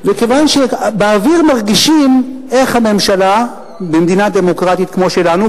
וכיוון שבאוויר מרגישים איך הממשלה במדינה דמוקרטית כמו שלנו,